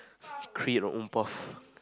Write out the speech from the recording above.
create our own path